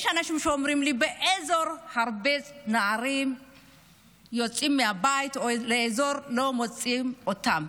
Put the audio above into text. יש אנשים שאומרים לי שהרבה נערים באזור יוצאים מהבית ולא מוצאים אותם.